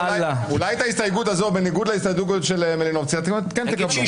את ההסתייגות הזו בניגוד להסתייגות של מלינובסקי אתם כן תקבלו.